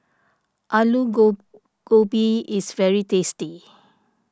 Alu Gobi is very tasty